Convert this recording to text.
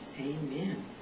Amen